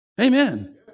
Amen